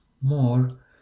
more